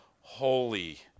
holy